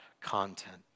content